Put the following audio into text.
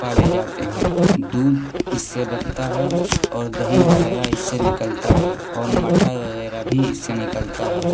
پالے جاتے ہیں دودھ اس سے بنتا ہے اور دہی وغیرہ اس سے نکلتا ہے اور مٹھا وغیرہ بھی اس سے نکلتا ہے